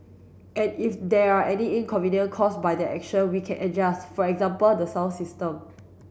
and if there are any inconvenient caused by that action we can adjust for example the sound system